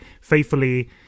faithfully